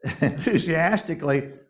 enthusiastically